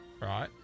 right